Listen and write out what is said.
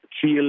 feel